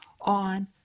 on